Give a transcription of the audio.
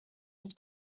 its